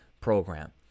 program